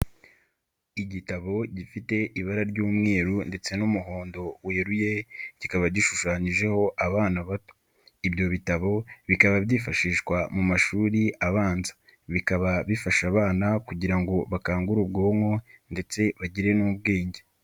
Igitabo gifite ibara ry'umweru ndetse n'umuhondo weruye kikaba gishushanyijeho abana ibyo bitabo bikaba byifashishwa mu mashuri abanza, bikaba bifasha abana kugira ngo bakangure ubwonko ndetse bagire n'ubwenge.